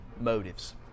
motives